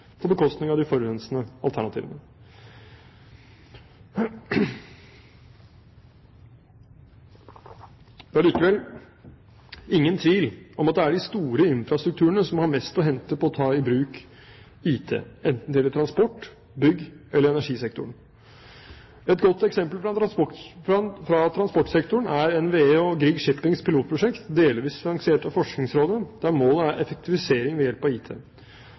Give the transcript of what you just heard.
på bekostning av de forurensende alternativene. Det er likevel ingen tvil om at det er de store infrastrukturene som har mest å hente på å ta i bruk IT, enten det gjelder transport-, bygg- eller energisektoren. Et godt eksempel fra transportsektoren er NVE og Grieg Shippings pilotprosjekt, delvis finansiert av Forskningsrådet, der målet er effektivisering ved hjelp av IT.